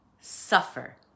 suffer